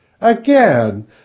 Again